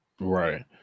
right